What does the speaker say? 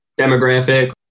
demographic